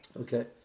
Okay